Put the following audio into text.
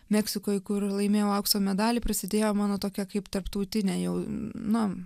meksikoj kur laimėjau aukso medalį prasidėjo mano tokia kaip tarptautinė jau nu